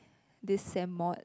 this sem mod